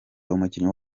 umukinnyi